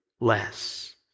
less